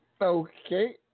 Okay